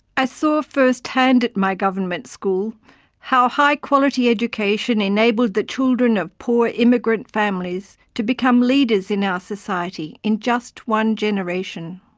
i saw first-hand at my government school how high quality education enabled the children of poor immigrant families to become leaders in our society, in just one generation.